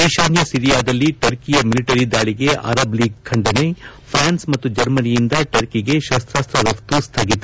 ಈಶಾನ್ನ ಸಿರಿಯಾದಲ್ಲಿ ಟರ್ಕಿಯ ಮಿಲಿಟರಿ ದಾಳಿಗೆ ಅರಬ್ ಲೀಗ್ ಖಂಡನೆ ಫ್ರಾನ್ಸ್ ಮತ್ತು ಜರ್ಮನಿಯಿಂದ ಟರ್ಕಿಗೆ ಶಸ್ತಾಸ್ತ ರಫ್ತು ಸ್ವಗಿತ